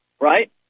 right